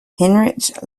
heinrich